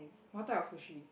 what type of sushi